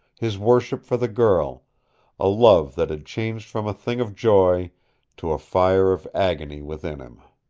his worship for the girl a love that had changed from a thing of joy to a fire of agony within him.